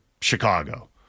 Chicago